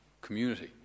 community